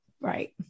Right